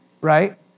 Right